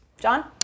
John